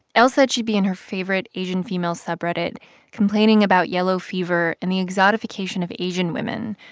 l said she'd be in her favorite asian female subreddit complaining about yellow fever and the exotification of asian women,